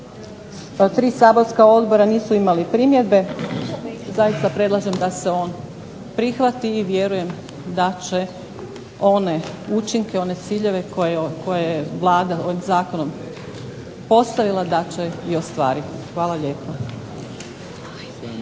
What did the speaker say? Tri saborska odbora nisu imala primjedbe. Zaista predlažem da se on prihvati i vjerujem da će one učinke, one ciljeve koje je Vlada ovim zakonom postavila da će i ostvariti. Hvala lijepa.